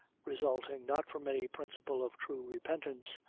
resulting not from any principle of true repentance,